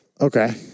Okay